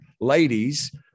ladies